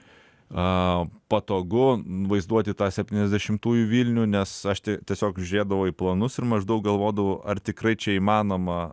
a patogu vaizduoti tą septyniasdešimtųjų vilnių nes aš t tiesiog žiūrėdavau į planus ir maždaug galvodavau ar tikrai čia įmanoma